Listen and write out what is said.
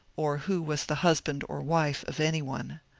or who was the husband or wife of any one.